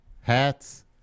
hats